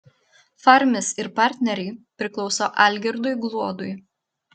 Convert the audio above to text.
farmis ir partneriai priklauso algirdui gluodui